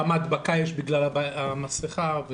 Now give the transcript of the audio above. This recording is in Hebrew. כמה הדבקה יש בגלל אי עטיית מסכה.